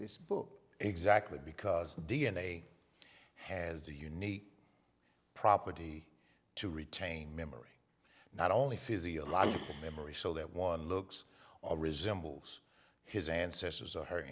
this book exactly because d n a has a unique property to retain memory not only physiological memory so that one looks all resembles his ancestors or her